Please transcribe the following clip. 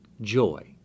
joy